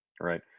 Right